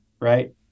right